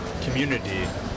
community